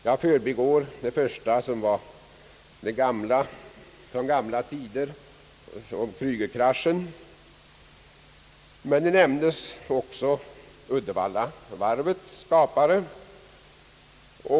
Jag förbigår det första som var från gamla tider — från Kreugerkraschen — men här nämndes också Uddevallavarvets skapare.